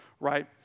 Right